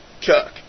Chuck